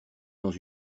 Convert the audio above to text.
dans